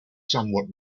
somewhat